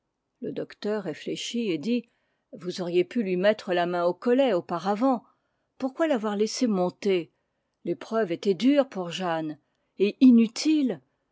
le docteur réfléchit et dit vous auriez pu lui mettre la main au collet auparavant pourquoi l'avoir laissé monter l'épreuve était dure pour jeanne et inutile